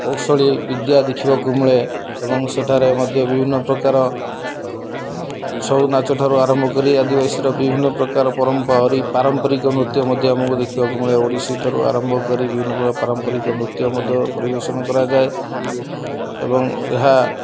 କୌଶଳୀ ବିଦ୍ୟା ଦେଖିବାକୁ ମିଳେ ଏବଂ ସେଠାରେ ମଧ୍ୟ ବିଭିନ୍ନ ପ୍ରକାର ଛଉ ନାଚ ଠାରୁ ଆରମ୍ଭ କରି ଆଦିବାସୀର ବିଭିନ୍ନ ପ୍ରକାର ପରମ୍ପରି ପାରମ୍ପରିକ ନୃତ୍ୟ ମଧ୍ୟ ଆମକୁ ଦେଖିବାକୁ ମିଳେ ଓଡ଼ିଶୀ ଠାରୁ ଆରମ୍ଭ କରି ବିଭିନ୍ନ ପ୍ରକାର ପାରମ୍ପରିକ ନୃତ୍ୟ ମଧ୍ୟ ପରିବେଷଣ କରାଯାଏ ଏବଂ ଏହା